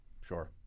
Sure